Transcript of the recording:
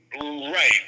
Right